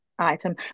item